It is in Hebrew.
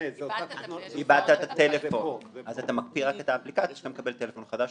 איבדת את הטלפון - אז אתה מקפיא רק את האפליקציה כשאתה מקבל טלפון חדש,